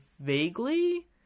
vaguely